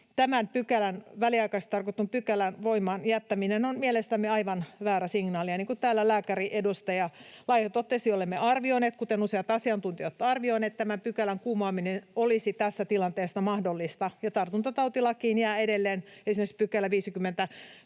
tämän väliaikaiseksi tarkoitetun pykälän voimaan jättäminen on mielestämme aivan väärä signaali. Niin kuin täällä lääkäriedustaja Laiho totesi, olemme arvioineet, kuten useat asiantuntijat ovat arvioineet, että tämän pykälän kumoaminen olisi tässä tilanteessa mahdollista. Tartuntatautilakiin jää edelleen esimerkiksi 58